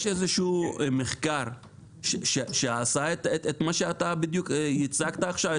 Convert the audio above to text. יש איזשהו מחקר שעשה את מה שאתה בדיוק הצגת עכשיו?